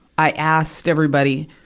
i asked everybody,